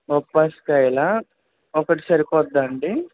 బొప్పాయికాయలా ఒకటి సరిపోతుందా అండి